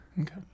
Okay